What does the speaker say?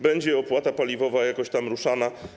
Będzie opłata paliwowa jakoś ruszana.